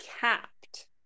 capped